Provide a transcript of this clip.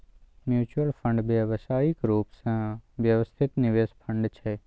mutual fund व्यावसायिक रूप सँ व्यवस्थित निवेश फंड छै